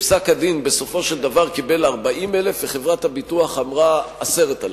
בסופו של דבר בפסק-הדין קיבל 40,000 וחברת הביטוח אמרה 10,000,